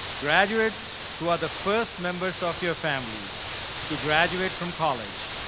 graduates who are the first members of your family to graduate from college,